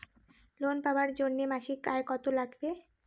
Loan পাবার জন্যে মাসিক আয় কতো লাগবে?